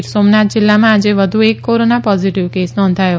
ગીરસોમનાથ જિલ્લામાં આજે વધુ એક કોરોના પોઝીટીવ કેસ નોંધાયો